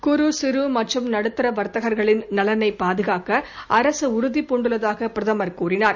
குறு சிறு மற்றும் நடுத்தர வர்த்தகர்களின் நலனைப் பாதுகாக்க அரசு உறுதி பூண்டுள்ளதாக பிரதமர் கூறினார்